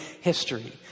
history